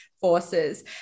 forces